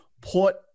put